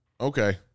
okay